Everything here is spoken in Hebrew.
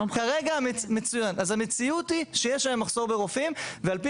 כרגע המציאות היא שיש היום מחסור ברופאים ועל פי